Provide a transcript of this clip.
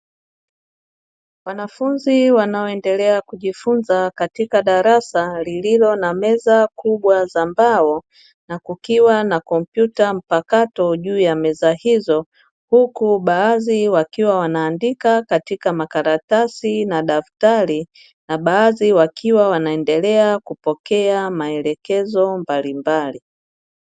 Wanafunzi wanaoendelea kujifunza katika darasa lililo na meza kubwa za mbao, na kukiwa na kompyuta mpakato juu ya meza hizo, huku baadhi wakiwa wanaandika katika makaratasi na daktari na baadhi wakiwa wanaendelea kupokea maelekezo mbalimbali.